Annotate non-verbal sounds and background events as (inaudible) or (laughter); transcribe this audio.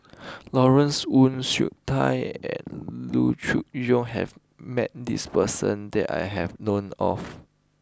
(noise) Lawrence Wong Shyun Tsai and Loo Choon Yong has met this person that I have known of